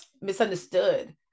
misunderstood